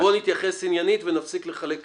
אז בואו נתייחס עניינית ונפסיק לחלק קרדיטים.